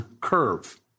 curve